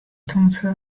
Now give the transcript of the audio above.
通车